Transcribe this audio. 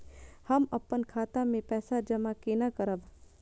हम अपन खाता मे पैसा जमा केना करब?